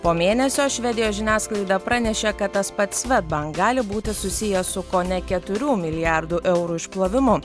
po mėnesio švedijos žiniasklaida pranešė kad tas pats svedbank gali būti susiję su kone keturių milijardų eurų išplovimu